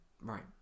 right